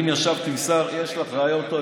אם יש לך רעיון טוב,